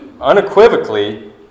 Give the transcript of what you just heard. Unequivocally